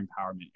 empowerment